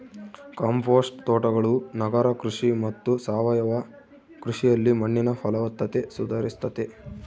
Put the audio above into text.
compost ತೋಟಗಳು ನಗರ ಕೃಷಿ ಮತ್ತು ಸಾವಯವ ಕೃಷಿಯಲ್ಲಿ ಮಣ್ಣಿನ ಫಲವತ್ತತೆ ಸುಧಾರಿಸ್ತತೆ